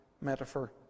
metaphor